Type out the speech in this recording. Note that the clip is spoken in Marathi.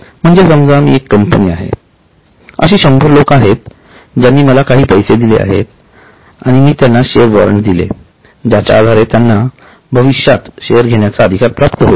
म्हणजे समजा मी एक कंपनी आहे अशी शंभर लोक आहेत ज्यांनी मला काही पैसे दिले आहेत आणि मी त्यांना शेअर वॉरंट दिले ज्याच्या आधारे त्यांना भविष्यात शेअर घेण्याचा अधिकार प्राप्त होईल